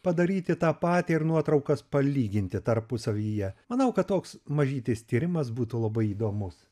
padaryti tą patį ir nuotraukas palyginti tarpusavyje manau kad toks mažytis tyrimas būtų labai įdomus